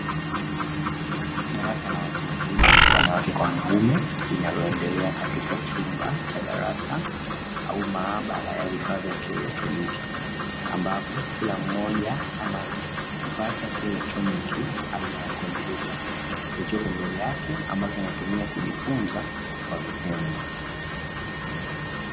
Darasa la watu wazima wanawake kwa wanaume linaloendelea katika chumba cha darasa au mahabara ya vifaa vya kieletroniki, ambapo kila mmoja anakifaa cha kieletroniki aina ya kompyuta kilichopo mbele yake, ambacho anatumia kujifunza kwa vitendo.